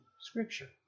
Scripture